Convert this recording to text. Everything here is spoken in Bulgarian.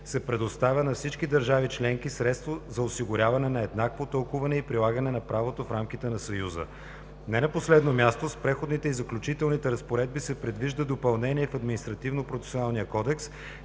се предоставя на всички държави членки средство за осигуряване на еднакво тълкуване и прилагане на правото в рамките на Съюза. Не на последно място, с Преходните и заключителните разпоредби се предвижда допълнение в Административнопроцесуалния кодекс,